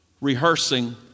rehearsing